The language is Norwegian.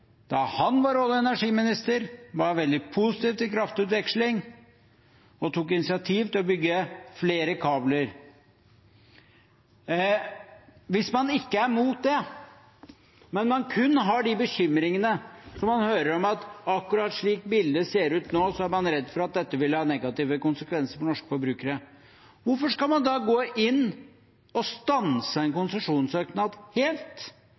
da han var olje- og energiminister, var veldig positiv til kraftutveksling og tok initiativ til å bygge flere kabler – men kun har de bekymringene man hører om, at akkurat slik bildet ser ut nå, er man redd for at dette vil ha negative konsekvenser for norske forbrukere, hvorfor skal man da gå inn og stanse en konsesjonssøknad helt?